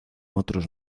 otros